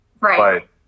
right